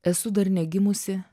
esu dar ne gimusi